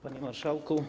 Panie Marszałku!